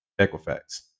Equifax